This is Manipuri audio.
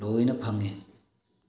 ꯂꯣꯏꯅ ꯐꯪꯏ